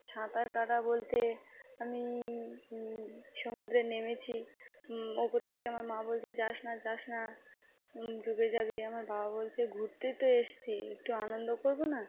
সাঁতার কাটা বলতে আমি সমুদ্রে নেমেছি উপর থেকে আমার মা বলছে যাস না যাস না ডুবে যাবি আমার বাবা বলছে ঘুরতেই তো এসেছি একটু আনন্দ করব না